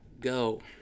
go